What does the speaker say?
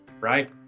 right